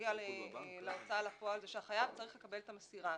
בנוגע להוצאה לפועל היא שהחייב צריך לקבל את המסירה.